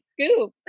scoop